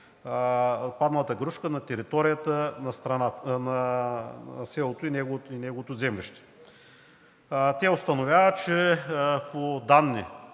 от паднала градушка на територията на града и неговото землище. Те установяват, че по